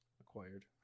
Acquired